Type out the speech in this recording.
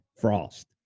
frost